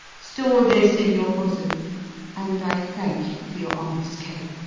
stall this in your bosom and i thank you for your honest care.